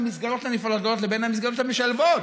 המסגרות הנפרדות לבין המסגרות המשלבות.